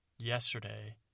Yesterday